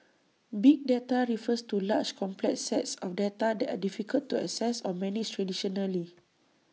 big data refers to large complex sets of data that are difficult to access or manage traditionally